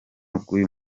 bw’uyu